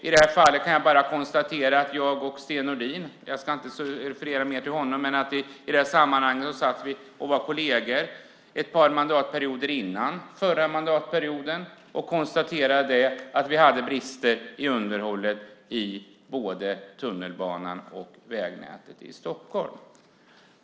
I det här fallet kan jag bara konstatera att jag och Sten Nordin - jag ska inte referera mer till honom - var kolleger under ett par mandatperioder före förra mandatperioden, och vi konstaterade att det var brister i underhållet av både tunnelbanan och vägnätet i Stockholm.